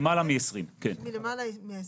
למעלה מ-20.